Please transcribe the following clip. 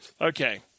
Okay